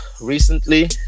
Recently